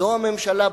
זו הממשלה בישראל.